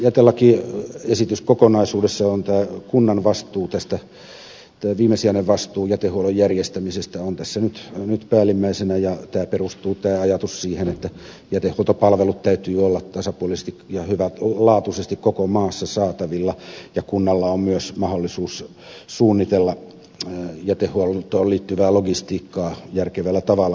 no jätelakiesityskokonaisuudessa on kunnan viimesijainen vastuu jätehuollon järjestämisestä tässä nyt päällimmäisenä ja tämä ajatus perustuu siihen että jätehuoltopalvelujen täytyy olla tasapuolisesti ja hyvälaatuisesti koko maassa saatavilla ja kunnalla on myös mahdollisuus suunnitella jätehuoltoon liittyvää logistiikkaa järkevällä tavalla kun vastuu on näin